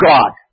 God